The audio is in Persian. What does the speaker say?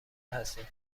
هستین